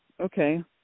okay